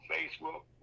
Facebook